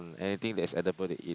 anything that is edible they eat